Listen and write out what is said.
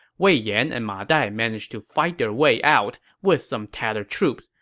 wei yan and ma dai managed to fight their way out with some tattered troops,